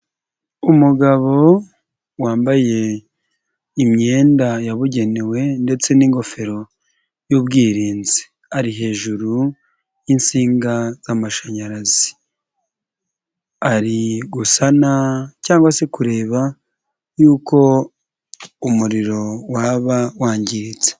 Umugabo wambaye imyenda yabugenewe ndetse n'ingofero y'ubwirinzi, ari hejuru y'insinga z'amashanyarazi, ari gusana cyangwa se kureba yuko umuriro waba wangiritse.